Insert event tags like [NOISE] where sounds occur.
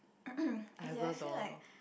[COUGHS] as in I feel like